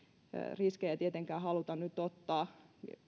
riskejä ei tietenkään haluta nyt ottaa